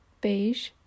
beige